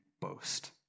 boast